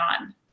on